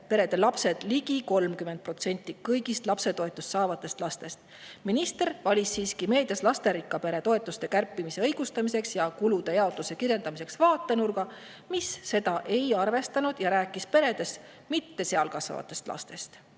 perede lapsed ligi 30% kõigist lapsetoetust saavatest lastest. Minister valis siiski meedias lasterikka pere toetuste kärpimise õigustamiseks ja kulude jaotuse kirjeldamiseks vaatenurga, mis seda ei arvestanud, ja rääkis peredest, mitte seal kasvavatest lastest.